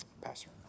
Pastor